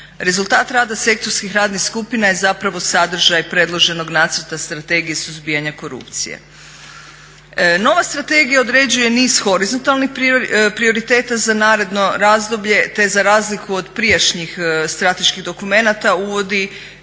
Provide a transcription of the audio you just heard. Rezultat rada sektorskih radnih skupina je zapravo sadržaj predloženog nacrta Strategije suzbijanja korupcije. Nova strategija određuje niz horizontalnih prioriteta za naredno razdoblje te za razliku od prijašnjih strateških dokumenata uvodi